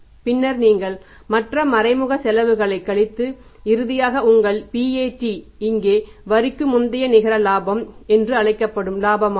பின்னர் நீங்கள் மற்ற மறைமுக செலவுகளைக் கழித்து இறுதியாக உங்கள் PAT இங்கே வரிக்கு முந்தைய நிகர லாபம் என்று அழைக்கப்படும் இலாபமாகும்